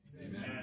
Amen